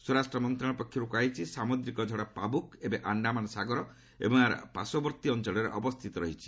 ସ୍ୱରାଷ୍ଟ୍ରମନ୍ତ୍ରଣାଳୟ ପକ୍ଷରୁ କୁହାଯାଇଛି ସାମୁଦ୍ରିକ ଝଡ ପାବୁକ ଏବେ ଆଣ୍ଡାମାନ ସାଗର ଏବଂ ଏହାର ପାର୍ଶ୍ୱବର୍ତ୍ତୀ ଅଞ୍ଚଳରେ ଅବସ୍ଥିତ ରହିଛି